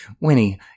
Winnie